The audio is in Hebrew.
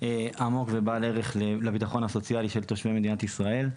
עמוק ובעל ערך לביטחון הסוציאלי של תושבי מדינת ישראל.